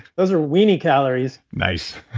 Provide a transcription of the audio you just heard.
those are weeny calories nice.